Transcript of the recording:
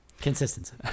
Consistency